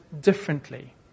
differently